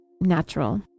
natural